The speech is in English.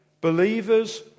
Believers